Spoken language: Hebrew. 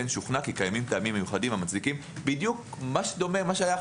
שוכנע כי קיימים טעמים מיוחדים המצדיקים בדיוק מה שדובר.